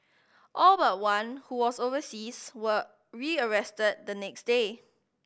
all but one who was overseas were rearrested the next day